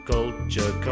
Culture